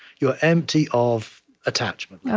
you are empty of attachment, yeah